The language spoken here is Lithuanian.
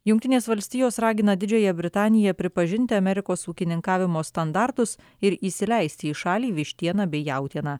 jungtinės valstijos ragina didžiąją britaniją pripažinti amerikos ūkininkavimo standartus ir įsileisti į šalį vištieną bei jautieną